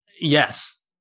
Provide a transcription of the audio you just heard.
yes